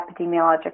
epidemiological